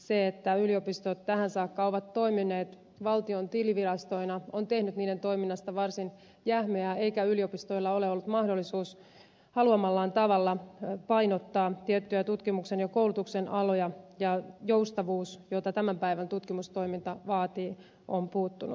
se että yliopistot tähän saakka ovat toimineet valtion tilivirastoina on tehnyt niiden toiminnasta varsin jähmeää eikä yliopistoilla ole ollut mahdollisuutta haluamallaan tavalla painottaa tiettyjä tutkimuksen ja koulutuksen aloja ja joustavuus jota tämän päivän tutkimustoiminta vaatii on puuttunut